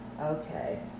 Okay